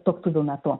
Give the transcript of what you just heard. tuoktuvių metu